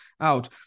out